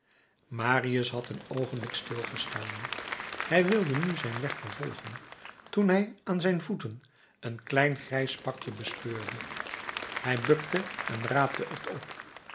marius had een oogenblik stilgestaan hij wilde nu zijn weg vervolgen toen hij aan zijn voeten een klein grijs pakje bespeurde hij bukte en raapte het op